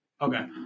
Okay